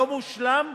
לא מושלם,